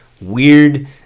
weird